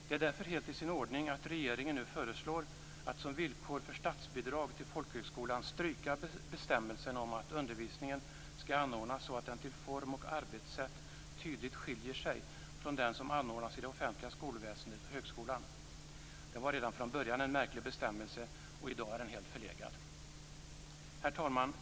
Det är därför helt i sin ordning att regeringen nu föreslår att som villkor för statsbidrag till folkhögskolan stryka bestämmelsen om att undervisningen skall anordnas så att den till form och arbetssätt tydligt skiljer sig från den som anordnas inom det offentliga skolväsendet och högskolan. Det var redan från början en märklig bestämmelse, och i dag är den helt förlegad. Herr talman!